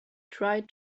tried